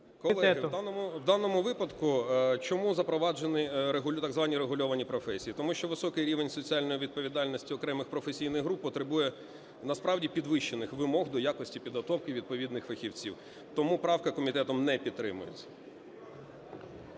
Колеги, в даному випадку чому запроваджені так звані регульовані професії, тому що високий рівень соціальної відповідальності окремих професійних груп потребує насправді підвищених вимог до якості підготовки відповідних фахівців. Тому правка комітетом не підтримується.